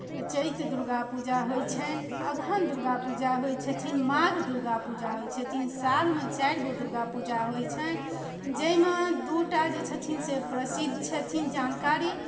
चैत दुर्गा पूजा होइ छनि अगहन दुर्गा पूजा होइ छथिन माघ दुर्गा पूजा होइ छथिन सालमे चारि गो दुर्गा पूजा होइ छनि जाहिमे दू टा जे छथिन से प्रसिद्ध छथिन जानकारी